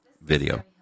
video